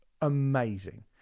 amazing